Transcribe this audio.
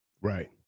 Right